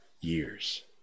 years